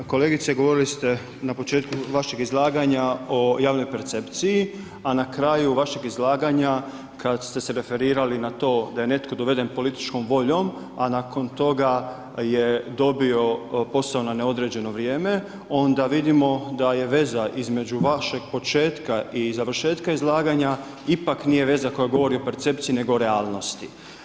Kolegice govorili ste na početku vašeg izlaganja o javnoj percepciji a na kraju vašeg izlaganja kada ste se referirali na to da je netko doveden političkom voljom a nakon toga je dobio posao na neodređeno vrijeme onda vidimo da je veza između vašeg početka i završetka izlaganja ipak nije veza koja govori o percepciji nego realnosti.